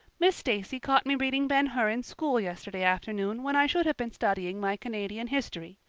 miss stacy caught me reading ben hur in school yesterday afternoon when i should have been studying my canadian history.